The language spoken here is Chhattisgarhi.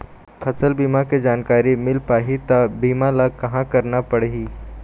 फसल बीमा के जानकारी मिल पाही ता बीमा ला कहां करना पढ़ी?